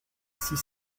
six